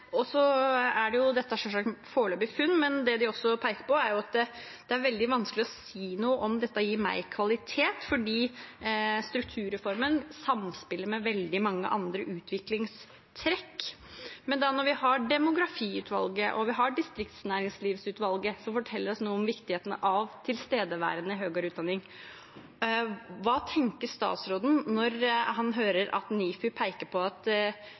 Dette er selvsagt foreløpige funn, men det de også peker på, er at det er veldig vanskelig å si noe om dette gir bedre kvalitet, fordi strukturreformen samspiller med veldig mange andre utviklingstrekk. Men når vi har demografiutvalget og distriktsnæringslivsutvalget, som forteller oss noe om viktigheten av tilstedeværende høyere utdanning, hva tenker statsråden når han hører at NIFU peker på at